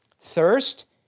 thirst